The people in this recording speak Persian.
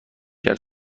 کرد